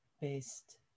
based